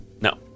no